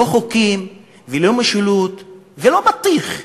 לא חוקים ולא משילות ולא בטיח,